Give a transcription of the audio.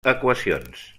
equacions